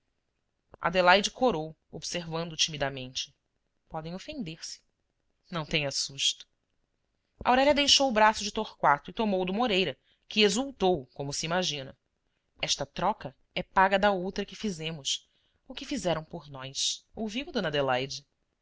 adelaide corou observando timidamente podem ofender se não tenha susto aurélia deixou o braço de torquato e tomou o do moreira que exultou como se imagina esta troca é paga da outra que fizemos ou que fizeram por nós ouviu d adelaide